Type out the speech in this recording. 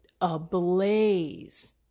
ablaze